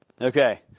Okay